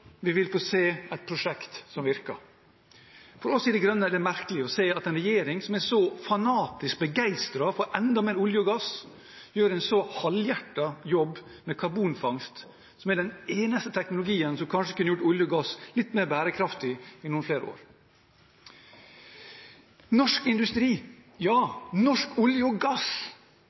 vi vil få se et prosjekt som virker. For oss i Miljøpartiet De Grønne er det merkelig å se at en regjering som er så fanatisk begeistret for enda mer olje og gass, gjør en så halvhjertet jobb med karbonfangst, som er den eneste teknologien som kanskje kunne gjort olje og gass litt mer bærekraftig i noen flere år. Norsk Industri, ja Norsk Olje og Gass,